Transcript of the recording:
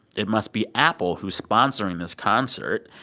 it must be apple, who's sponsoring this concert.